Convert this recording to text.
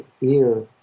ear